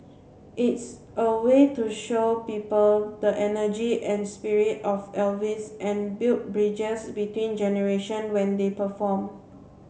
it's a way to show people the energy and spirit of Elvis and build bridges between generation when they perform